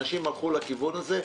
אנשים הלכו לכיוון הזה.